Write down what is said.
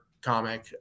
comic